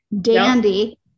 dandy